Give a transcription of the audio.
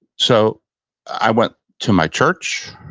so i went to my church.